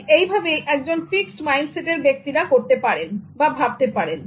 এবং এইভাবে একজন ফিক্সড মাইন্ডসেটের ব্যক্তিরা করতে পারেন